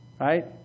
Right